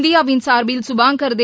இந்தியாவின் சார்பில் சுபாங்கர் தே